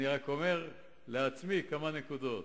אני רק אומר לעצמי כמה נקודות: